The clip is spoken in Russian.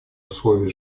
условий